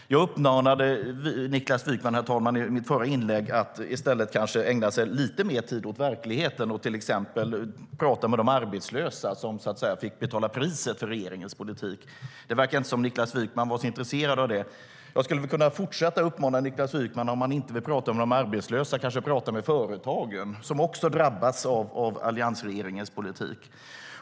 Jag uppmanade Niklas Wykman i mitt förra inlägg att i stället kanske ägna lite mer tid åt verkligheten och till exempel tala med de arbetslösa som så att säga fick betala priset för alliansregeringens politik. Det verkade inte som om Niklas Wykman var så intresserad av det. Jag skulle kunna fortsätta att uppmana Niklas Wykman, om han inte vill tala med de arbetslösa, att kanske tala med företagen som också har drabbats av alliansregeringens politik.